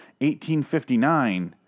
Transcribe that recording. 1859